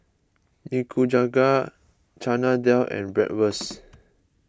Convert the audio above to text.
Nikujaga Chana Dal and Bratwurst